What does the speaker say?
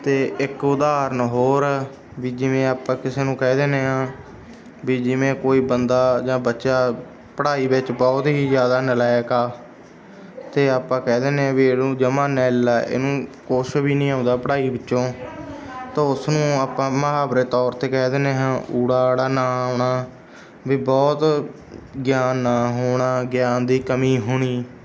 ਅਤੇ ਇੱਕ ਉਦਾਹਰਨ ਹੋਰ ਵੀ ਜਿਵੇਂ ਆਪਾਂ ਕਿਸੇ ਨੂੰ ਕਹਿ ਦਿੰਦੇ ਹਾਂ ਵੀ ਜਿਵੇਂ ਕੋਈ ਬੰਦਾ ਜਾਂ ਬੱਚਾ ਪੜ੍ਹਾਈ ਵਿੱਚ ਬਹੁਤ ਹੀ ਜ਼ਿਆਦਾ ਨਲਾਇਕ ਆ ਤੇ ਆਪਾਂ ਕਹਿ ਦਿੰਦੇ ਹਾਂ ਵੀ ਇਹਨੂੰ ਜਮਾਂ ਨਿੱਲ ਆ ਇਹਨੂੰ ਕੁਛ ਵੀ ਨਹੀਂ ਆਉਂਦਾ ਪੜ੍ਹਾਈ ਵਿੱਚੋਂ ਤਾਂ ਉਸ ਨੂੰ ਆਪਾਂ ਮੁਹਾਵਰੇ ਤੌਰ 'ਤੇ ਕਹਿ ਦਿੰਦੇ ਹਾਂ ੳ ਅ ਨਾ ਆਉਣਾ ਵੀ ਬਹੁਤ ਗਿਆਨ ਨਾ ਹੋਣਾ ਗਿਆਨ ਦੀ ਕਮੀ ਹੋਣੀ